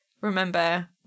remember